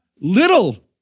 little